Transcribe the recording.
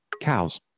cows